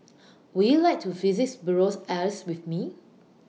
Would YOU like to visit Buenos Aires with Me